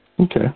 Okay